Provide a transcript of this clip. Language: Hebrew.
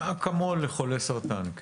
אקמול לחולי סרטן.